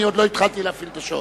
אני עדיין לא התחלתי להפעיל את השעון.